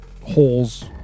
holes